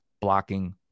blocking